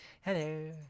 Hello